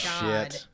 god